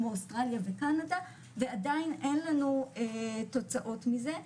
כמו אוסטרליה וקנדה ועדיין אין לנו תוצאות מזה,